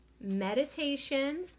Meditation